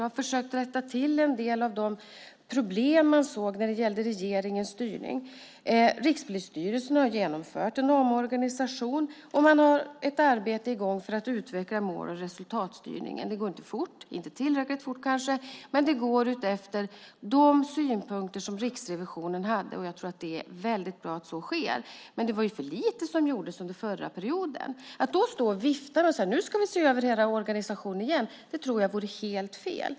Man har försökt rätta till en del av de problem som fanns när det gäller regeringens styrning. Rikspolisstyrelsen har genomfört en omorganisation. Man har ett arbete i gång för att utveckla mål och resultatstyrningen. Det går inte fort - inte tillräckligt fort. Men det går utefter de synpunkter som Riksrevisionen hade, och jag tror att det är bra att så sker. Men det var för lite som gjordes under den förra perioden. Att då stå och vifta och säga att nu ska vi se över hela organisationen igen tror jag vore helt fel.